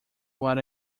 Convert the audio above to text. what